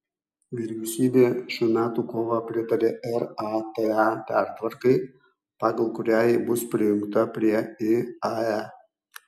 vyriausybė šių metų kovą pritarė rata pertvarkai pagal kurią ji bus prijungta prie iae